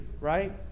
right